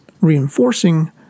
reinforcing